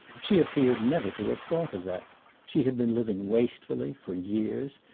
she appeared never to have thought of that she had been living wastefully for years,